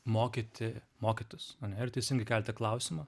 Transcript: mokyti mokytis ane ir teisingai kelti klausimą